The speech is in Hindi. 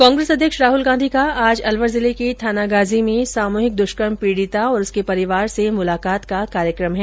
कांग्रेस अध्यक्ष राहुल गांधी का आज अलवर जिले के थानागाजी में सामूहिक दुष्कर्म पीडिता और उसके परिवार से मुलाकात का कार्यक्रम है